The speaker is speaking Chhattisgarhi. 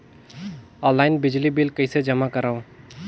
ऑनलाइन बिजली बिल कइसे जमा करव?